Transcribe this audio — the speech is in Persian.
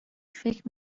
فکر